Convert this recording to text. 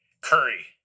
curry